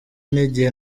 n’igihe